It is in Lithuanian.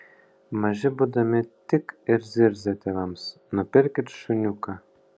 maži būdami tik ir zirzia tėvams nupirkit šuniuką